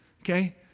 okay